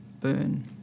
burn